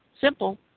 simple